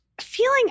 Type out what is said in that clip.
feeling